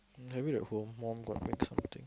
maybe at home mum got make something